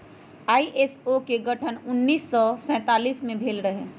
ISO के गठन सन उन्नीस सौ सैंतालीस में भेल रहै